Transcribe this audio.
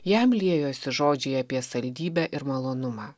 jam liejosi žodžiai apie saldybę ir malonumą